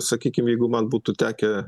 sakykim jeigu man būtų tekę